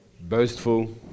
boastful